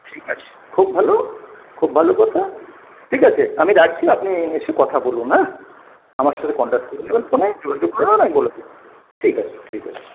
ঠিক আছে খুব ভালো খুব ভালো কথা ঠিক আছে আমি রাখছি আপনি এসে কথা বলুন হ্যাঁ আমার সঙ্গে কনট্যাক্ট করে নেবেন ফোনে যোগাযোগ করুন আমি বলে দিচ্ছি ঠিক আছে ঠিক আছে